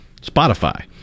spotify